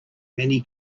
many